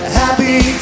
happy